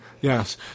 yes